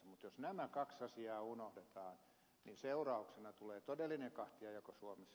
mutta jos nämä kaksi asiaa unohdetaan niin seurauksena tulee todellinen kahtiajako suomessa